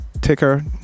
ticker